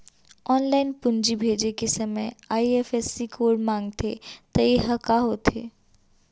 Online पूंजी भेजे के समय आई.एफ.एस.सी कोड माँगथे त ये ह का होथे?